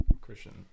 Christian